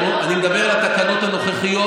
אני מדבר על התקנות הנוכחיות,